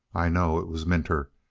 i know. it was minter.